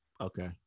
Okay